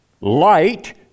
light